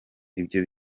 ibyo